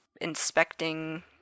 inspecting